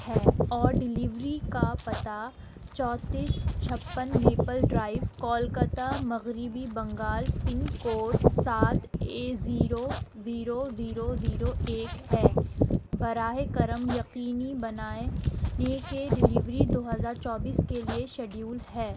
ہے اور ڈیلیوری کا پتہ چوتیس چھپن میپل ڈرائیو کولکتہ مغربی بنگال پن کوڈ سات A zero zero zero zero ایک ہے براہ کرم یقینی بنائیں نے کہ ڈیلیوری دو ہزار چوبیس کے لیے شیڈیول ہے